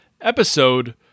episode